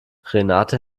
renate